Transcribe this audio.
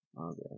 Okay